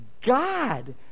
God